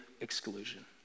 exclusion